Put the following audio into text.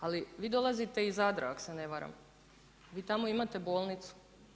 Ali, vi dolazite iz Zadra, ako se ne varam, vi tamo imate bolnicu.